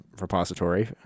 repository